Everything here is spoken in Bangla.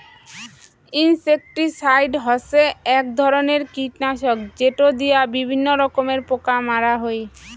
ইনসেক্টিসাইড হসে এক ধরণের কীটনাশক যেটো দিয়া বিভিন্ন রকমের পোকা মারা হই